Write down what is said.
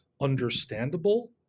understandable